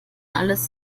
alles